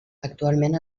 actualment